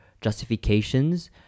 justifications